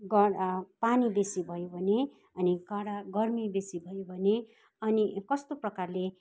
God पानी बेसी भयो भने अनि कडा गर्मी बेसी भयो भने अनि कस्तो प्रकारले